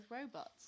robots